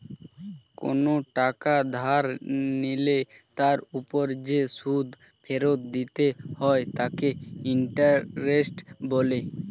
কোনো টাকা ধার নিলে তার উপর যে সুদ ফেরত দিতে হয় তাকে ইন্টারেস্ট বলে